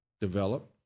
Develop